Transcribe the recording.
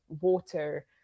water